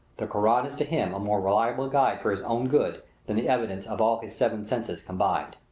the koran is to him a more reliable guide for his own good than the evidence of all his seven senses combined.